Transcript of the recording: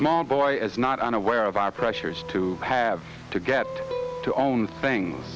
small boy is not unaware of our pressures to have to get to own things